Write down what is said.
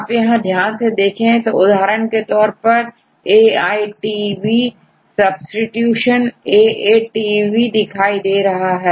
आप यहां ध्यान से देखें उदाहरण के तौर परAITV सब्सीट्यूशनAATV दिखाई दे रहा है